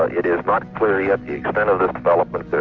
ah it is not clear yet the extent of this development.